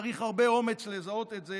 צריך הרבה אומץ לזהות את זה